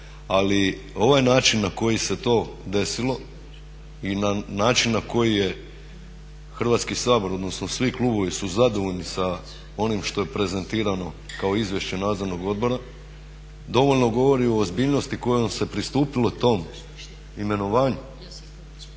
ali ovaj način na koji se to desilo i na način na koji je Hrvatski sabor odnosno svi klubovi su zadovoljni sa onim što je prezentirano kao izvješće Nadzornog odbora, dovoljno govori o ozbiljnosti kojom se pristupilo tom imenovanju,